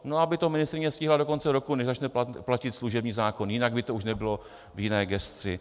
No aby to ministryně stihla do konce roku, než začne platit služební zákon, jinak by to už nebylo v jiné gesci.